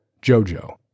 Jojo